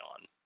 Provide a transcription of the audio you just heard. on